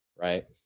Right